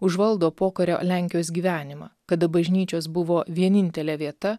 užvaldo pokario lenkijos gyvenimą kada bažnyčios buvo vienintelė vieta